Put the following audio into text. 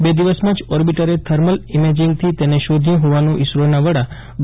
બે દિવસમાં જ ઓર્બિટર થર્મલ ઇમેજિંગથી તેને શોધી હોવાનું ઈસરોના વડા ડો